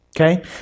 okay